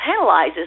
penalizes